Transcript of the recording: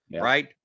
right